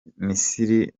misiri